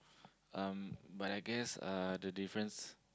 um but I guess uh the difference